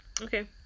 okay